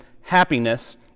happiness